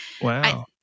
Wow